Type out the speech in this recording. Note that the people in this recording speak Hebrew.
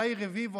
יאיר רביבו,